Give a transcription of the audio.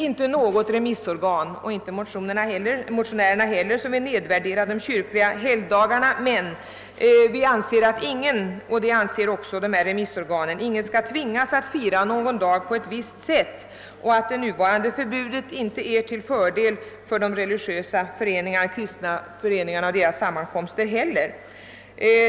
Inget remissorgan — och inte heller motionärerna — vill nedvärdera de kyrkliga helgdagarna. Vi anser att även remissorganen uttalat att ingen skall tvingas att fira någon dag på ett visst sätt och att det nuvarande förbudet inte är till fördel för de kristna föreningarna och deras sammankomster.